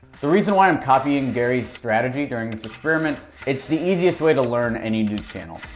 the reason why i'm copying gary's strategy during this experiment, it's the easiest way to learn any new channel.